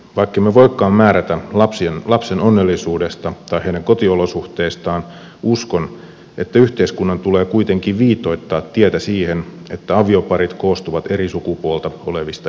vaikkemme voikaan määrätä lapsen onnellisuudesta tai hänen kotiolosuhteistaan uskon että yhteiskunnan tulee kuitenkin viitoittaa tietä siihen että avioparit koostuvat eri sukupuolta olevista ihmisistä